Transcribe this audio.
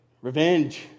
Revenge